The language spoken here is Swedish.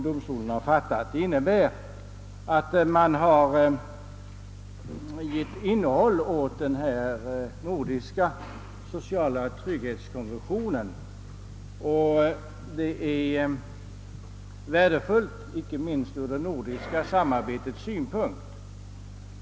Det innebär att man har givit innehåll åt den nordiska sociala trygghetskonventionen, och det är värdefullt inte minst ur det nordiska samarbetets synpunkt.